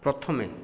ପ୍ରଥମେ